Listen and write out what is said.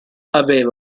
aveva